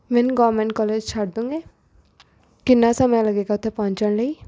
ਮੈਨੂੰ government college ਛੱਡ ਦੋਂਗੇ ਕਿੰਨਾ ਸਮਾਂ ਲੱਗੇਗਾ ਉੱਥੇ ਪਹੁੰਚਣ ਲਈ